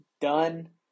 done